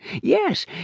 Yes